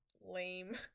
lame